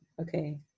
Okay